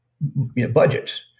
budgets